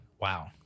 Wow